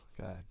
God